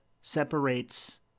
separates